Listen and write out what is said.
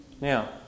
Now